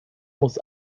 muss